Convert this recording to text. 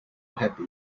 happy